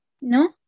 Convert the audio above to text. No